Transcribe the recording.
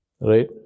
right